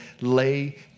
lay